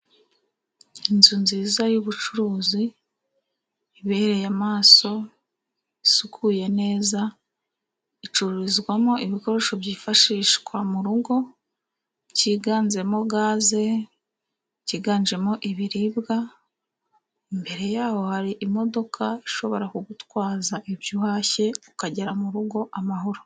Inzu nziza y'ubucuruzi, ibereye amaso isukuye neza, icururizwamo ibikoresho byifashishwa mu rugo, byiganjemo gaze, byiganjemo ibiribwa, imbere yaho hari imodoka ishobora kugutwaza ibyo uhashye, ukagera mu rugo amahoro.